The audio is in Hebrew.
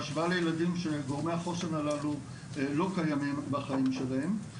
בהשוואה עם ילדים שגורמי החוסן הללו לא קיימים בחיים שלהם.